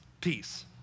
peace